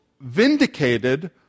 vindicated